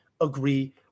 agree